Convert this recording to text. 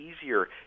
easier